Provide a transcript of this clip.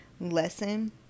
lesson